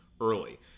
early